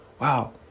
Wow